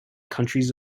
countries